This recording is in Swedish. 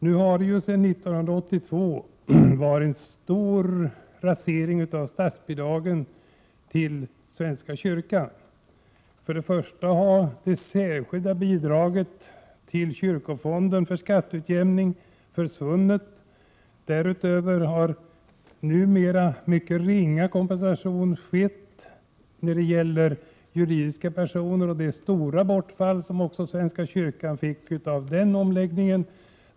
Sedan 1982 har det skett en omfattande rasering av statsbidragen till svenska kyrkan. Först och främst har det särskilda bidraget till kyrkofonden för skatteutjämning försvunnit. Dessutom utgår numera mycket ringa kompensation när det gäller juridiska personer, och svenska kyrkan har fått vidkännas ett stort bortfall i samband med den omläggningen.